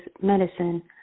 medicine